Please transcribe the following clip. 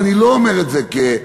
ואני לא אומר את זה כפגיעה,